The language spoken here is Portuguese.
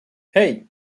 hey